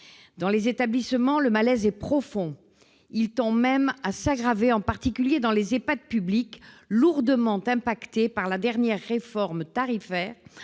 Dans les établissements, le malaise est profond. Il tend même à s'aggraver, en particulier dans les EHPAD publics, lourdement touchés par la dernière réforme tarifaire,